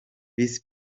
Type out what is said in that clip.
visi